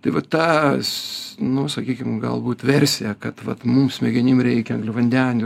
tai vat tas nu sakykim galbūt versija kad vat mum smegenim reikia angliavandenių